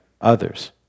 others